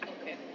Okay